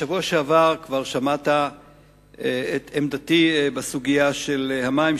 בשבוע שעבר כבר שמעת את עמדתי בסוגיה של המים,